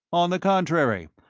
on the contrary,